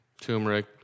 turmeric